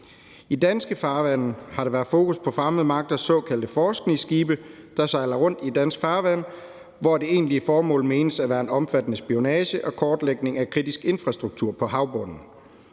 I danske farvande har der været fokus på fremmede magters såkaldte forskningsskibe, der sejler rundt i dansk farvand, og hvor det egentlige formål menes at være en omfattende spionage og kortlægning af kritisk infrastruktur på havbunden.